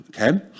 okay